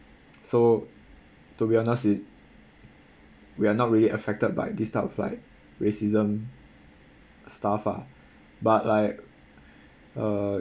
so to be honest it we're not really affected by this type of like racism stuff ah but like uh